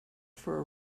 for